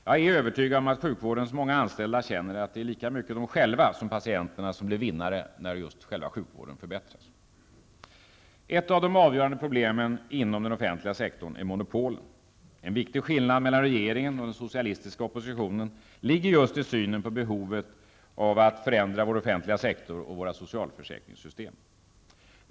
Jag är övertygad om att sjukvårdens många anställda känner att det är lika mycket de själva som patienterna, som blir vinnare när just sjukvården förbättras. Ett av de avgörande problemen inom den offentliga sektorn är monopolen. En viktig skillnad mellan regeringen och den socialistiska oppositionen ligger just i synen på behovet av att förändra vår offentliga sektor och våra socialförsäkringssystem.